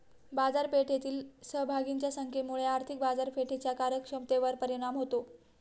बाजारपेठेतील सहभागींच्या संख्येमुळे आर्थिक बाजारपेठेच्या कार्यक्षमतेवर परिणाम होतो